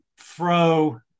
throw